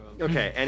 Okay